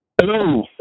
Hello